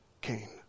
Cain